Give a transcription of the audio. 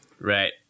Right